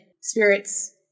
spirits